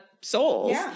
souls